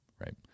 right